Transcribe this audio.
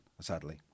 sadly